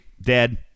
dead